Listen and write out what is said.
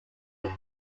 who